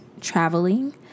traveling